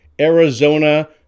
Arizona